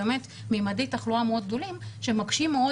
ממידי תחלואה גדולים מאוד שמקשים מאוד